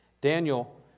Daniel